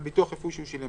על ביטוח רפואי שהוא עליו,